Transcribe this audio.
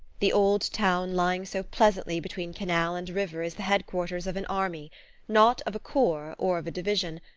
the old town lying so pleasantly between canal and river is the head-quarters of an army not of a corps or of a division,